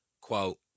Quote